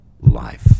life